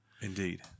Indeed